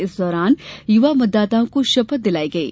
इस दौरान युवा मतदाताओं को शपथ दिलायी गयी